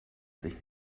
sich